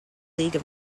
league